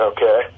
Okay